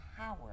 power